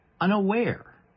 unaware